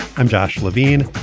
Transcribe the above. i'm josh levine,